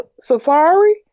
Safari